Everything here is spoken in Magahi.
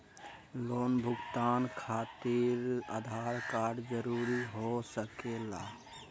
लोन भुगतान खातिर आधार कार्ड जरूरी हो सके ला?